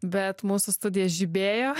bet mūsų studija žibėjo